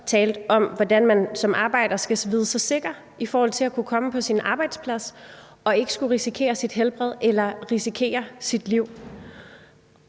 hvordan man som arbejder skal vide sig sikker i forhold til at kunne komme på sin arbejdsplads og ikke skulle risikere sit helbred eller risikere sit liv.